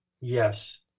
Yes